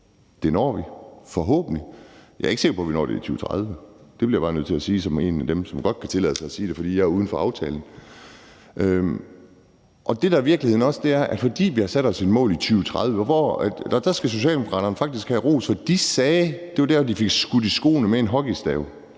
Det når vi forhåbentlig. Jeg er ikke sikker på, at vi når det i 2030. Det bliver jeg bare nødt til at sige som en af dem, som godt kan tillade sig at sige det, fordi jeg er uden for aftalen. Det, der også er virkeligheden, er, at vi har sat os et mål i 2030, og der skal Socialdemokraterne faktisk have ros, for de sagde – det var der, de fik skudt det med en hockeystav